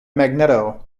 magneto